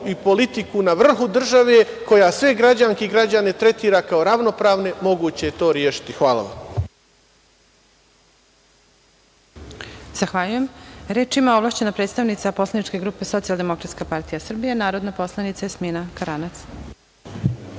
i politiku na vrhu države, koja sve građanke i građane tretira kao ravnopravne, moguće je to rešiti. Hvala vam.